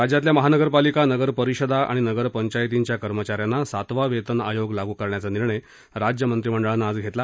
राज्यातल्या महानगरपालिका नगरपरिषदा आणि नगरपंचायतींच्या कर्मचाऱ्यांना सातवा वेतन आयोग लागू करण्याचा निर्णय राज्यमंत्रिमंडळानं आज घेतला